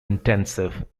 intensive